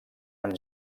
amb